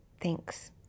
Thanks